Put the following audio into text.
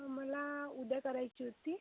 मला उद्या करायची होती